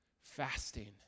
Fasting